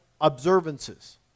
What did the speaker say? observances